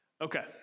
Okay